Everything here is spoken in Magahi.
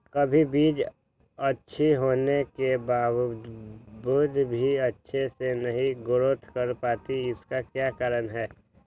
कभी बीज अच्छी होने के बावजूद भी अच्छे से नहीं ग्रोथ कर पाती इसका क्या कारण है?